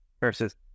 versus